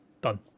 done